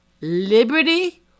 liberty